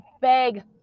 Beg